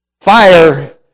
Fire